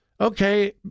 Okay